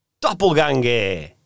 Doppelganger